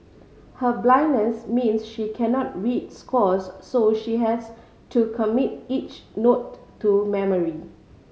her blindness means she cannot read scores so she has to commit each note to memory